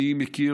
אני אגיד